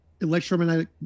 electromagnetic